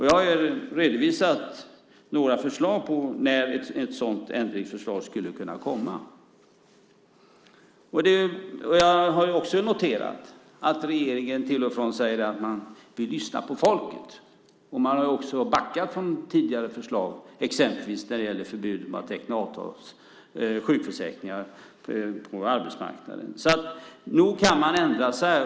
Jag har redovisat några förslag på när ett sådant ändringsförslag skulle kunna komma. Jag har också noterat att regeringen till och från säger att man vill lyssna på folket. Man har också backat från tidigare förslag, exempelvis när det gäller förbud mot att teckna avtal om sjukförsäkringar på arbetsmarknaden. Nog kan man ändra sig.